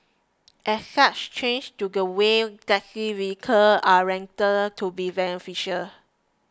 as such changes to the way taxi vehicles are rented could be beneficial